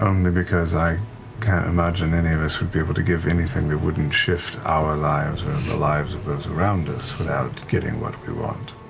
only because i can't imagine any of us would be able to give anything that wouldn't shift our lives or the lives of those around us without getting what we want.